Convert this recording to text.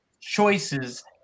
choices